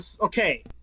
Okay